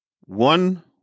one